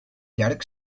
llarg